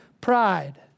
pride